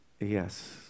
Yes